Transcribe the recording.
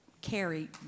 carry